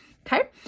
Okay